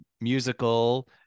musical